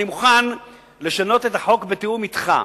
אני מוכן לשנות את החוק בתיאום אתך,